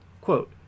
quote